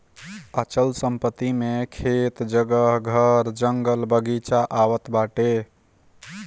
अचल संपत्ति मे खेत, जगह, घर, जंगल, बगीचा आवत बाटे